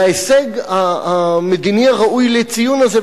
וההישג המדיני הראוי לציון הזה,